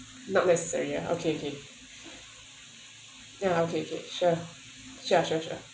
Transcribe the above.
not necessary uh okay okay uh okay okay sure sure sure